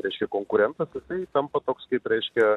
reiškia konkurentas jisai tampa toks kaip reiškia